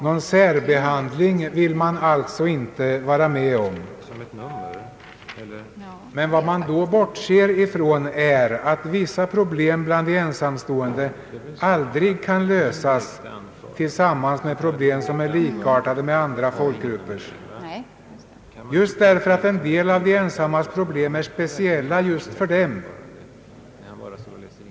Någon särbehandling vill socialdemokraterna alltså inte vara med om. Vid ett sådant ställningstagande bortser de emellertid från att vissa av de ensamståendes problem aldrig kan lösas samtidigt med problem som är likartade för andra folkgrupper, därför att en del av de ensamståendes problem är speciella just för dem.